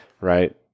right